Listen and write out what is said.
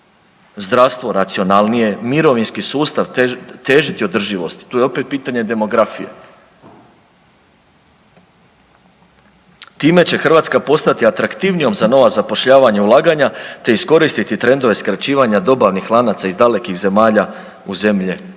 zdravstvo racionalnije, mirovinski sustav težiti održivosti. Tu je opet pitanje demografije. Time će Hrvatska postati atraktivnijom za nova zapošljavanja, ulaganja te iskoristiti trendove skraćivanja dobavnih lanaca iz dalekih zemalja u zemlje